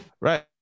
Right